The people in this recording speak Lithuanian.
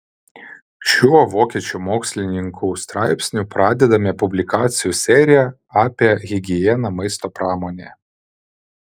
šiuo vokiečių mokslininkų straipsniu pradedame publikacijų seriją apie higieną maisto pramonėje